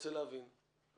להבין,